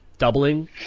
doubling